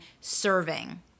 serving